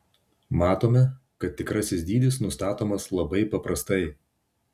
matome kad tikrasis dydis nustatomas labai paprastai